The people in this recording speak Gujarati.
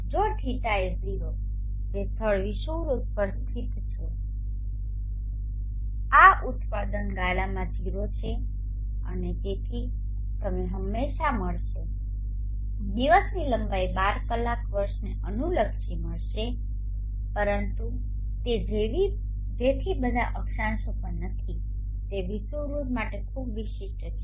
જો ϕ એ 0 જે સ્થળ વિષુવવૃત્ત પર સ્થિત છે આ ઉત્પાદન ગાળામાં 0 છે અને તેથી તમે હંમેશા મળશે દિવસની લંબાઈ 12 કલાક વર્ષને અનુલક્ષીને મળશે પરંતુ તે જેથી બધા અક્ષાંશો પર નથી તે વિષુવવૃત્ત માટે ખૂબ જ વિશિષ્ટ છે